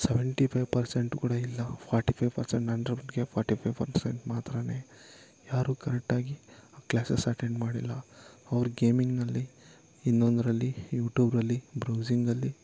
seventy five percent ಕೂಡ ಇಲ್ಲ forty five percent forty five percent ಮಾತ್ರನೇ ಯಾರು ಕರೆಕ್ಟಾಗಿ ಕ್ಲಾಸಸ್ ಅಟೆಂಡ್ ಮಾಡಿಲ್ಲ ಅವ್ರು ಗೇಮಿಂಗ್ನಲ್ಲಿ ಇನ್ನೊಂದರಲ್ಲಿ ಯೂಟೂಬ್ರಲ್ಲಿ ಬ್ರೌಸಿಂಗಲ್ಲಿ